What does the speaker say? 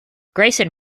grayson